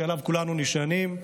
שעליו כולנו נשענים.